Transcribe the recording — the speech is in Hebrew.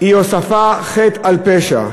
היא הוספת חטא על פשע.